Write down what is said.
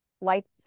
lights